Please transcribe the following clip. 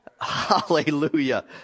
Hallelujah